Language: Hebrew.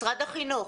משרד החינוך,